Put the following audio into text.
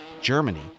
Germany